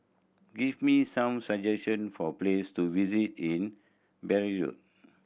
give me some suggestion for place to visit in Beirut